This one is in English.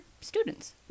students